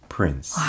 Prince